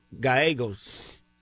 Gallegos